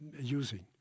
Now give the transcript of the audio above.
using